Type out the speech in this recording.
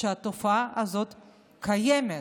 שהתופעה הזאת קיימת.